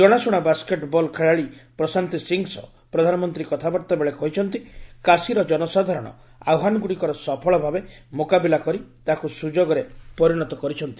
ଜଣାଶୁଣା basketball ଖେଳାଳି ପ୍ରଶାନ୍ତି ସିଂହ ସହ ପ୍ରଧାନମନ୍ତ୍ରୀ କଥାବାର୍ତ୍ତା ବେଳେ କହିଛନ୍ତି କାଶୀର ଜନସାଧାରଣ ଆହ୍ନାନଗ୍ରଡ଼ିକର ସଫଳ ଭାବେ ମୁକାବିଲା କରି ତାହାକୁ ସୁଯୋଗରେ ପରିଣତ କରିଛନ୍ତି